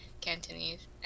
Cantonese